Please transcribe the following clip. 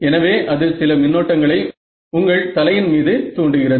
எனவே அது சில மின்னோட்டங்களை உங்கள் தலையின் மீது தூண்டுகிறது